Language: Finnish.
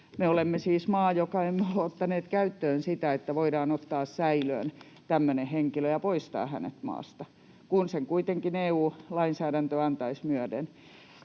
me olemme siis maa, joka ei ole ottanut käyttöön sitä, että voidaan ottaa säilöön tämmöinen henkilö ja poistaa hänet maasta, kun sille EU-lainsäädäntö kuitenkin antaisi myöden.